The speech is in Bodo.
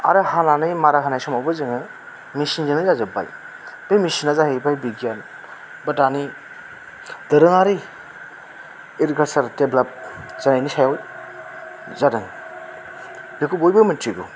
आरो हानानै मारा होनाय समावबो जोङो मिसिनजोंनो जाजोब्बाय बे मिसिना जाहैबाय बिगियान बे दानि दोरोङारि एग्रिकालचार डेब्लाब जानायनि सायाव जादों बेखौ बयबो मिथिगौ